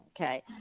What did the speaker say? okay